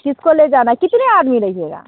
किसको ले जाना कितने आदमी रहिएगा